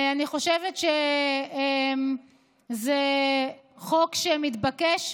אני חושבת שזה חוק שמתבקש.